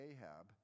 Ahab